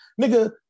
Nigga